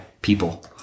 people